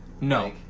No